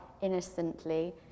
innocently